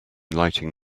lighting